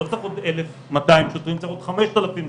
לא צריך עוד 1,200 שוטרים, צריך עוד 5,000 שוטרים.